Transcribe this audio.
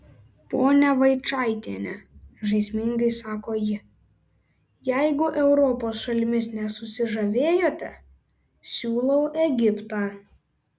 ponia vaičaitiene žaismingai sako ji jeigu europos šalimis nesusižavėjote siūlau egiptą